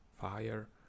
fire